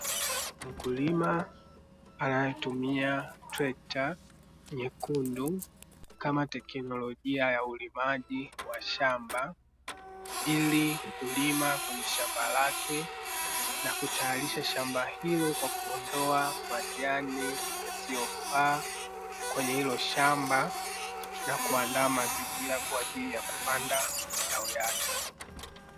Mkulima anaetumia trekta nyekundu kama teknolojia ya ulimaji wa shamba, ili kulima kwenye shamba lake na kutayalisha shamba hili kwa kuondoa majani yasiyofaa kwenye hilo shamba na kuaandaa mazingira kwaajili ya kupanda mazao yake.